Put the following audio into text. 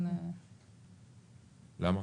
למה?